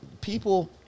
people